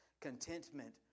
contentment